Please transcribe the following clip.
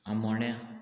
आमोण्या